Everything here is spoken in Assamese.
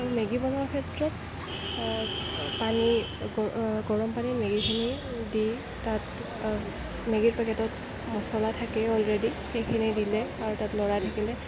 আৰু মেগী বনোৱাৰ ক্ষেত্ৰত পানীত গৰম পানীত মেগীখিনি দি তাত মেগীৰ পেকেটত মচলা থাকে অলৰেডি সেইখিনি দিলে আৰু তাত লৰাই থাকিলে